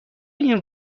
این